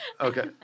Okay